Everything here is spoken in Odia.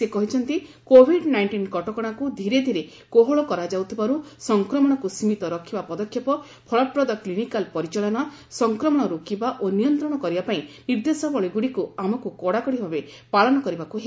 ସେ କହିଛନ୍ତି କୋଭିଡ୍ ନାଇଷ୍ଟିନ୍ କଟକଣାକୁ ଧୀରେ ଧୀରେ କୋହଳ କରାଯାଉଥିବାରୁ ସଂକ୍ରମଣକୁ ସୀମିତ ରଖିବା ପଦକ୍ଷେପ ଫଳପ୍ରଦ କ୍ଲିନିକାଲ୍ ପରିଚାଳନା ସଂକ୍ରମଣ ରୋକିବା ଓ ନିୟନ୍ତ୍ରଣ କରିବା ପାଇଁ ନିର୍ଦ୍ଦେଶାବଳୀଗୁଡ଼ିକୁ ଆମକୁ କଡ଼ାକଡ଼ି ଭାବେ ପାଳନ କରିବାକୁ ହେବ